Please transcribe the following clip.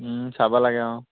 চাব লাগে অঁ